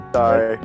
Sorry